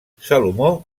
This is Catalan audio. salomó